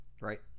Right